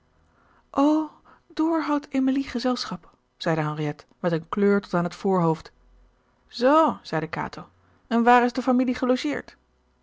door houdt emilie gezelschap zeide henriette met een kleur tot aan het voorhoofd zoo zeide kato en waar is de familie gelogeerd